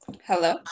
Hello